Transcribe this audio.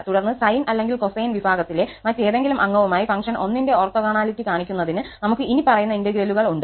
തുടർന്ന് സൈൻ അല്ലെങ്കിൽ കൊസൈൻ വിഭാഗത്തിലെ മറ്റേതെങ്കിലും അംഗവുമായി ഫംഗ്ഷൻ 1 ന്റെ ഓർത്തോഗോണാലിറ്റി കാണിക്കുന്നതിന് നമുക് ഇനിപ്പറയുന്ന ഇന്റഗ്രലുകൾ ഉണ്ട്